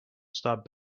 stop